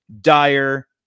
dire